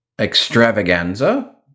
extravaganza